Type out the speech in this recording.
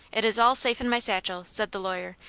it is all safe in my satchel, said the lawyer,